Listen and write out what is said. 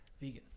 vegan